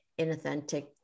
inauthentic